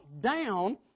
down